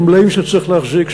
של מלאים שצריך להחזיק,